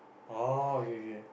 oh okay okay